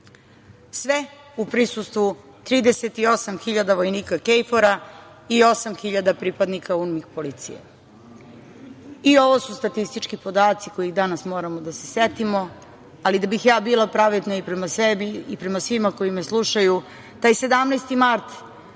sve u prisustvu 38.000 vojnika KFOR-a i 8.000 pripadnika policije. Ovo su statistički podaci kojih danas moramo da se setimo, ali da bih bila pravedna prema sebi i prema svima koji me slušaju, taj 17. mart